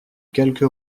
quelque